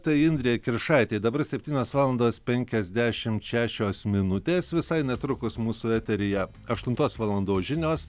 tai indrė kiršaitė dabar septynios valandos penkiasdešimt šešios minutės visai netrukus mūsų eteryje aštuntos valandos žinios